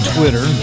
Twitter